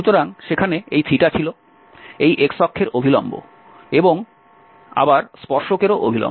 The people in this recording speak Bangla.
সুতরাং সেখানে এই ছিল এই xঅক্ষের অভিলম্ব এবং আবার স্পর্শকেরও অভিলম্ব